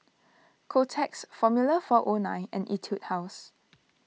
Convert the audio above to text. Kotex formula four O nine and Etude House